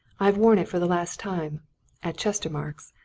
i've worn it for the last time at chestermarke's.